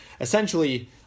essentially